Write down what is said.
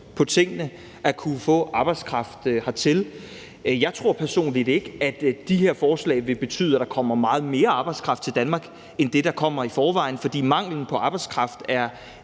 på tingene, at kunne få arbejdskraft hertil. Jeg tror personligt ikke, at de her forslag vil betyde, at der kommer meget mere arbejdskraft til Danmark end det, der kommer i forvejen, for manglen på arbejdskraft er